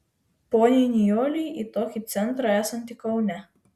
poniai nijolei į tokį centrą esantį kaune